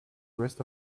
rest